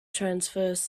transverse